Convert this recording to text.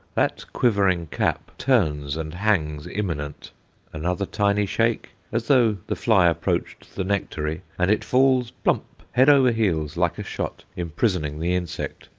that quivering cap turns and hangs imminent another tiny shake, as though the fly approached the nectary, and it falls plump, head over heels, like a shot, imprisoning the insect.